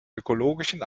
ökologischen